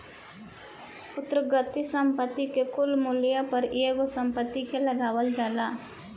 व्यक्तिगत संपत्ति के कुल मूल्य पर एगो संपत्ति के लगावल जाला